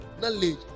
knowledge